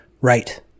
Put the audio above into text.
Right